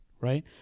right